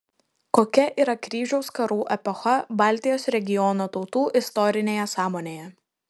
kokia yra kryžiaus karų epocha baltijos regiono tautų istorinėje sąmonėje